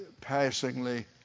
passingly